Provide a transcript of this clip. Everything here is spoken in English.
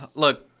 look,